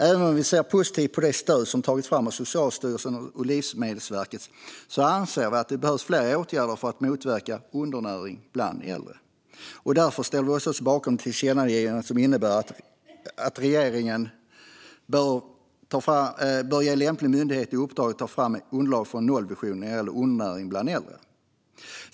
Även om vi ser positivt på det stöd som har tagits fram av Socialstyrelsen och Livsmedelsverket anser vi att det behövs fler åtgärder för att motverka undernäring bland äldre. Därför ställer vi oss också bakom det förslag till tillkännagivande som innebär att regeringen bör ge lämplig myndighet i uppdrag att ta fram ett underlag för en nollvision när det gäller undernäring bland äldre.